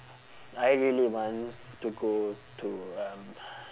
I really want to go to um